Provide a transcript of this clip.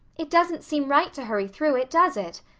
it doesn't seem right to hurry through it, does it?